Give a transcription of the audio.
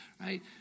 right